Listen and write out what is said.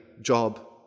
job